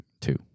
two